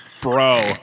Bro